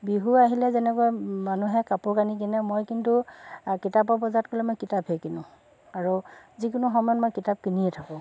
বিহু আহিলে যেনেকৈ মানুহে কাপোৰ কানি কিনে মই কিন্তু কিতাপৰ বজাৰত গ'লে মই কিতাপহে কিনোঁ আৰু যিকোনো সময়ত মই কিতাপ কিনিয়ে থাকোঁ